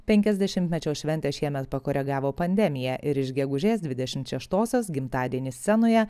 penkiasdešimtmečio šventę šiemet pakoregavo pandemija ir iš gegužės dvidešim šeštosios gimtadienį scenoje